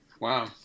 Wow